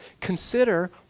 Consider